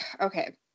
Okay